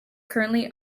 currently